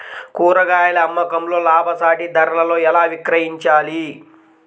కూరగాయాల అమ్మకంలో లాభసాటి ధరలలో ఎలా విక్రయించాలి?